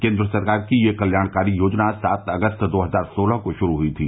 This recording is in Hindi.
केन्द्र सरकार की यह कल्याणकारी योजना सात अगस्त दो हजार सोलह को शुरू हुई थी